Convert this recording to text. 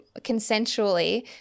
consensually